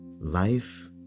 Life